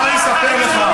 בוא ואני אספר לך.